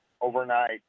overnight